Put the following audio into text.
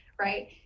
right